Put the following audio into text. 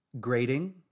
Grading